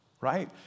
right